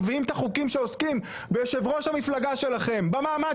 מביאים את החוקים שעוסקים ביושב ראש המפלגה שלכם במעמד